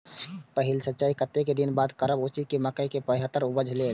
पहिल सिंचाई कतेक दिन बाद करब उचित छे मके के बेहतर उपज लेल?